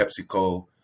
PepsiCo